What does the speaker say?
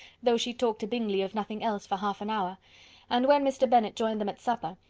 though she talked to bingley of nothing else for half an hour and when mr. bennet joined them at supper,